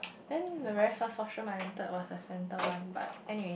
then the very first washer my enter was a center one but anyway